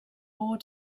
four